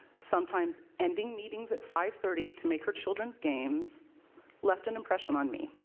sometimes ending meetings at five thirty to make her children's games left an impression on me.